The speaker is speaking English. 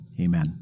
amen